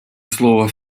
слово